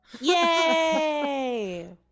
Yay